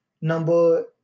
number